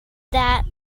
that